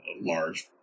large